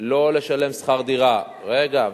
לא לשלם שכר דירה, רגע.